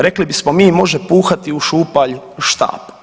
Rekli bismo mi može puhati u šupalj štap.